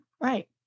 Right